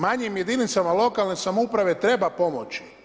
Manjim jedinicama lokalne samouprave treba pomoći.